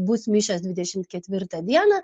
bus mišios dvidešimt ketvirtą dieną